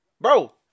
Bro